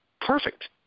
Perfect